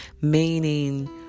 Meaning